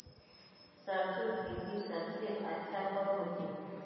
सरसों खेती सबसे अच्छा कब होचे?